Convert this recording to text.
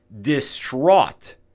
distraught